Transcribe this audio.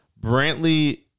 Brantley